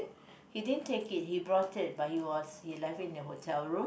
he didn't take it he brought it but he was he left it in the hotel room